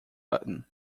button